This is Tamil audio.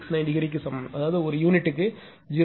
69 ° டிகிரிக்கு சமம் அதாவது ஒரு யூனிட்டுக்கு 0